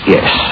Yes